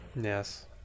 yes